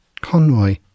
Conroy